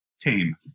tame